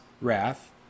wrath